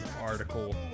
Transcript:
article